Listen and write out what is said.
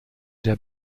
der